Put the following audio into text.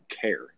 care